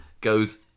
goes